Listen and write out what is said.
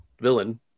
villain